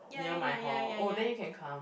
near my hall oh then you can come